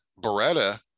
Beretta